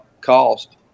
cost